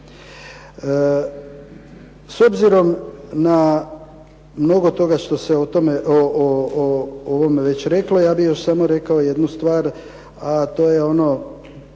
S obzirom na mnogo toga što se o ovome reklo, ja bih još samo rekao jednu stvar, a to je ono